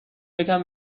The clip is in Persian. یکم